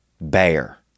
bear